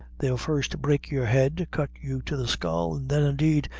they'll first break your head cut you to the skull, and then, indeed,